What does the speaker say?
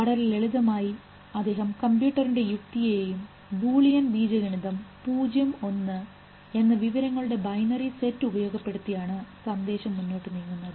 വളരെ ലളിതമായി അദ്ദേഹം കമ്പ്യൂട്ടറിൻറെ യുക്തിയെയും ബൂളിയൻ ബീജഗണിതം 0 1എന്ന വിവരങ്ങളുടെ ബൈനറി സെറ്റ് ഉപയോഗപ്പെടുത്തിയാണ് സന്ദേശം മുന്നോട്ടു നീങ്ങുന്നത്